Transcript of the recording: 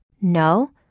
No